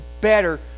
better